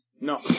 No